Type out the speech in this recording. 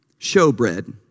Showbread